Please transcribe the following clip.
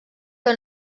que